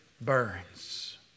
burns